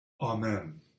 amen